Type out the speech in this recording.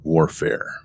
Warfare